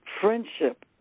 friendship